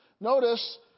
Notice